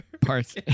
parts